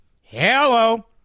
hello